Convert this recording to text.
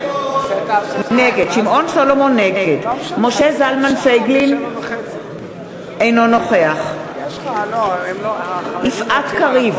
נגד משה זלמן פייגלין, אינו נוכח יפעת קריב,